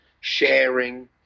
sharing